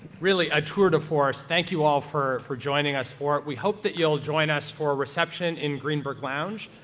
really a tour-de-force, thank you all for for joining us for it. we hope that you'll join us for a reception in greenberg lounge,